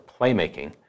playmaking